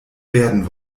werden